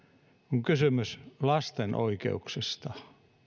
kun on kysymys lasten oikeuksista